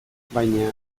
baina